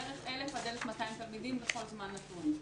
בערך 1,000 עד 1,200 תלמידים בכל זמן נתון.